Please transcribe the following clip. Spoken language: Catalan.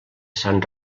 sant